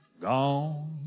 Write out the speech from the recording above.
gone